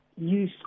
use